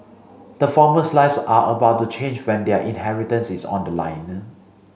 the former's lives are about to change when their inheritance is on the line